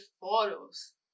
photos